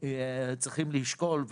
צריכים לשקול,